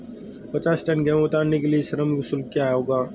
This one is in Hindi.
पचास टन गेहूँ उतारने के लिए श्रम शुल्क क्या होगा?